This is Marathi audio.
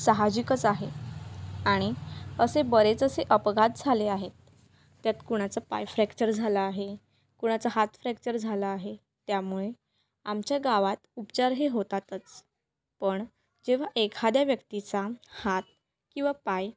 साहजिकच आहे आणि असे बरेच असे अपघात झाले आहेत त्यात कुणाचं पाय फ्रॅक्चर झाला आहे कुणाचा हात फ्रॅक्चर झाला आहे त्यामुळे आमच्या गावात उपचार हे होतातच पण जेव्हा एखाद्या व्यक्तीचा हात किंवा पाय